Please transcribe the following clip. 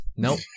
Nope